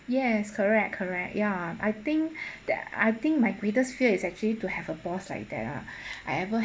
yes correct correct ya I think that I think my greatest fear is actually to have a boss like that ah I ever